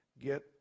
get